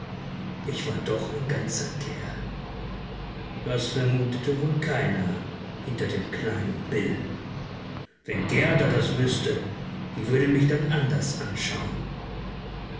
ich war doch ein ganzer kerl das vermutete wohl keiner hinter dem kleinen bill wenn gerda das wüßte die würde mich dann anders anschauen